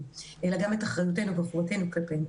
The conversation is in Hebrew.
אלא גם את אחריותנו וחובתנו כלפינו.